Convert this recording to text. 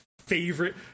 favorite